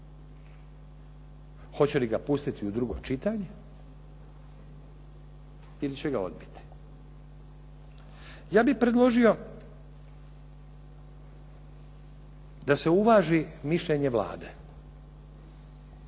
Hoće li ga pustiti u drugo čitanje, ili će ga odbiti? Ja bih predložio da se uvaži mišljenje Vlade